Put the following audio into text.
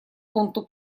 пункту